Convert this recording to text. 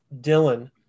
Dylan